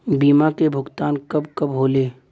बीमा के भुगतान कब कब होले?